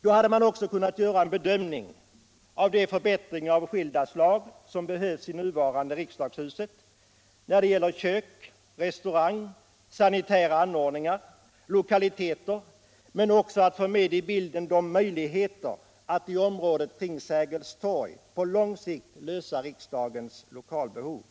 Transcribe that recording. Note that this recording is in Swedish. Då hade man kunnat göra en bedömning av de förbättringar av skilda slag som behövs i nuvarande riksdagshuset när det gäller kök, restaurang, sanitära anordningar och lokaliteter men också kunnat få med i bilden möjligheterna att i området kring Sergels torg på lång sikt lösa riksdagens lokalbehov.